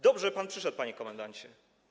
Dobrze, że pan przyszedł, panie komendancie.